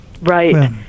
right